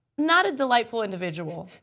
not a delightful individual.